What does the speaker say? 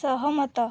ସହମତ